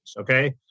okay